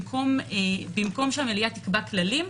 במקום שהמליאה תקבע כללים,